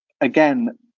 again